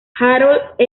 harold